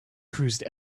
cruised